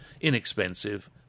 inexpensive